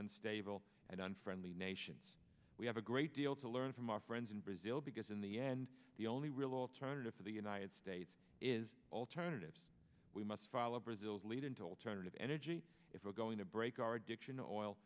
unstable and unfriendly nations we have a great deal to learn from our friends in brazil because in the end the only real alternative for the united states is alternatives we must follow brazil's lead into alternative energy if we're going to break our addiction